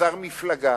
חסר מפלגה,